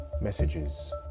messages